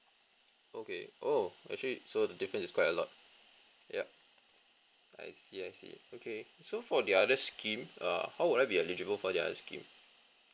okay oh actually so the difference is quite a lot yup I see I see okay so for the other scheme uh how would I be eligible for the other scheme